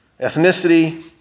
ethnicity